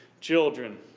children